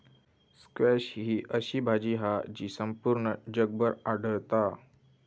squash ही अशी भाजी हा जी संपूर्ण जगभर आढळता